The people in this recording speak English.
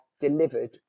delivered